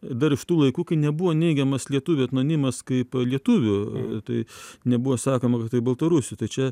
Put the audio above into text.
dar iš tų laikų kai nebuvo neigiamas lietuvių etnonimas kaip lietuvių tai nebuvo sakoma kad tai baltarusių tai čia